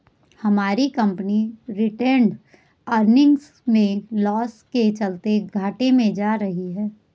हमारी company retained earnings में loss के चलते घाटे में जा रही है